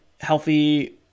healthy